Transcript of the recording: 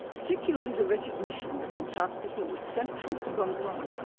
particularly the recognition that antarctica was central to gondwana,